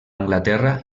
anglaterra